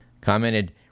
Commented